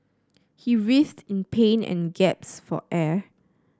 he writhed in pain and gasped for air